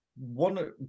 one